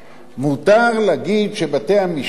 מותר להגיד שבתי-המשפט